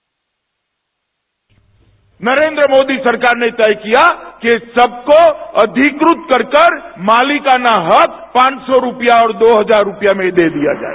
bite Narendra Modi सरकार ने तय किया कि सबको अधिकृत कर कर मालिकाना हक पांच सौ रुपया और दो हजार रुपया में दे दिया जाए